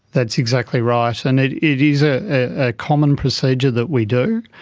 that's exactly right, and it it is a ah common procedure that we do,